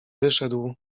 wyszedł